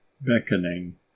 beckoning